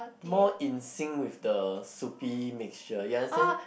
more in sync with the soupy mixture you understand